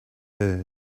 herd